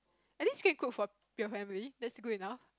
at least still cook for your family that's good enough